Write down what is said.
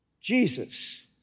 Jesus